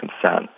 consent